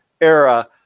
era